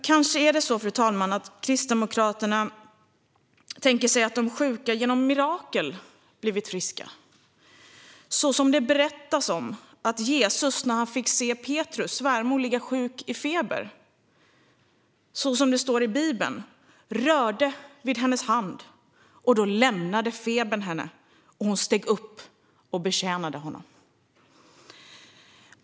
Kanske är det så, fru talman, att Kristdemokraterna tänker sig att de sjuka genom mirakel blivit friska, så som det berättas om att Jesus när han fick se Petrus svärmor ligga sjuk i feber, som det står i Bibeln, rörde vid hennes hand. Då lämnade febern henne, och hon steg upp och betjänade honom.